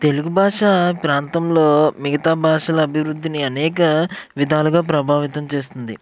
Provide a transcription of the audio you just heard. తెలుగు భాష ప్రాంతంలో మిగతా భాషల అభివృద్ధిని అనేక విధాలుగా ప్రభావితం చేస్తుంది